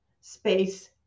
space